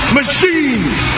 machines